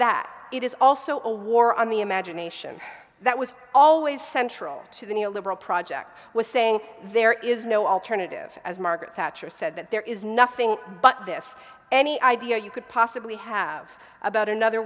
that it is also a war on the imagination that was always central to the neo liberal project was saying there is no alternative as margaret thatcher said that there is nothing but this any idea you could possibly have about another